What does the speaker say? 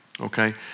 okay